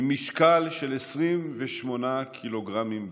במשקל של 28 ק"ג בלבד.